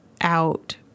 out